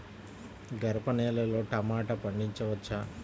గరపనేలలో టమాటా పండించవచ్చా?